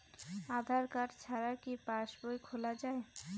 আধার card ছাড়া কি passbook খোলা যায়?